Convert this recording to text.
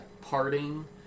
parting